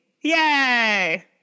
Yay